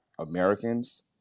Americans